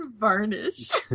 varnished